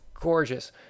gorgeous